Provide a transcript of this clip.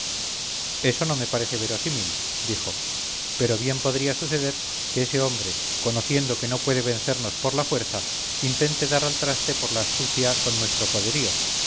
eso no me parece verosímil dijo pero bien podría suceder que ese hombre conociendo que no puede vencernos por la fuerza intente dar al traste por la astucia con nuestro poderío